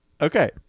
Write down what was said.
okay